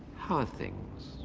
how are things?